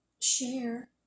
share